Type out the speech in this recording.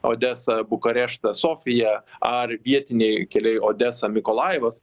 odesa bukareštas sofija ar vietiniai keliai odesa mykolajivas